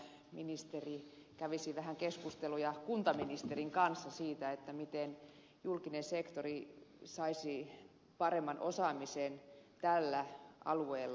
toivon että ministeri kävisi vähän keskusteluja kuntaministerin kanssa siitä miten julkinen sektori saisi paremman osaamisen tällä alueella